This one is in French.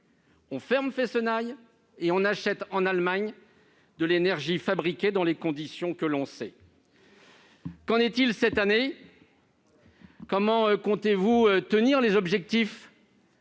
fermé Fessenheim et acheté en Allemagne de l'énergie produite dans les conditions que l'on sait. Absolument ! Qu'en est-il cette année ? Comment comptez-vous tenir les objectifs